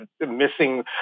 missing